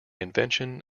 invention